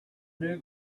knew